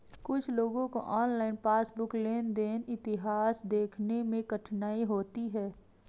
कुछ लोगों को ऑनलाइन पासबुक लेनदेन इतिहास देखने में कठिनाई होती हैं